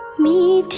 me